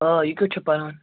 آ یہِ کٮُ۪تھ چھُ پَران